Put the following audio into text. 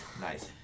Nice